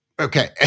Okay